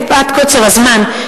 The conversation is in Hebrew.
מפאת קוצר הזמן,